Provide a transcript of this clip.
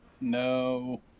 No